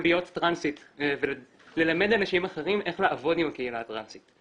להיות טרנסית וללמד אנשים אחרים איך לעבוד עם הקהילה הטרנסית,